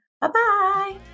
bye-bye